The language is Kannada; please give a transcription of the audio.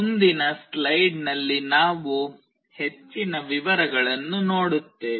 ಮುಂದಿನ ಸ್ಲೈಡ್ನಲ್ಲಿ ನಾವು ಹೆಚ್ಚಿನ ವಿವರಗಳನ್ನು ನೋಡುತ್ತೇವೆ